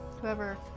Whoever